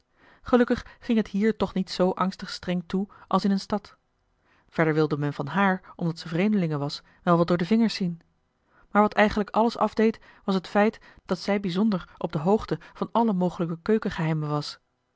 gelukkig ging het hier toch niet zoo angstig streng toe als in een stad verder wilde men van haar omdat ze vreemdelinge was wel wat door de vingers zien maar wat eigenlijk alles afdeed was het feit dat zij bijzonder op de hoogte van alle mogelijke keuken geheimen was